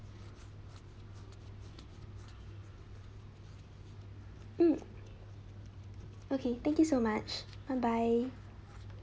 mm okay thank you so much bye bye